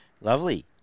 Lovely